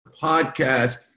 podcast